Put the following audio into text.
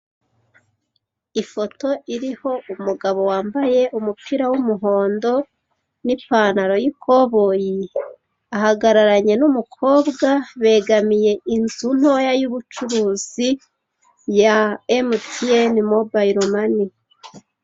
Ifoto iriho umugabo wambaye umupira w'umuhondo n'ipantaro y'ikoboyi ahagararanye n'umukobwa begamiye inzu ntoya y'ubucuruz ya emutiyene mobayiro mani.